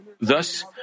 Thus